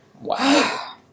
Wow